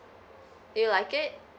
do you like it